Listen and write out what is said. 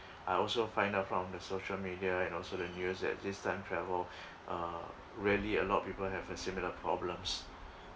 I also find out from the social media and also the news that this time travel uh really a lot of people have uh similar problems